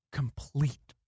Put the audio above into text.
complete